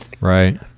Right